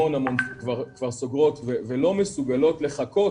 המון המון כבר סוגרות ולא מסוגלות לחכות